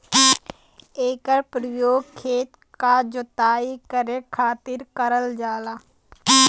एकर परयोग खेत क जोताई करे खातिर करल जाला